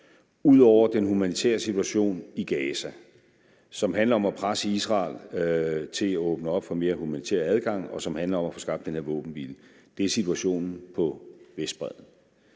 ud over den humanitære situation i Gaza, som handler om at presse Israel til at åbne op for mere humanitær adgang, og som handler om at få skabt den her våbenhvile, er situationen på Vestbredden,